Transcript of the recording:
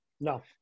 No